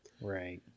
Right